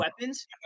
weapons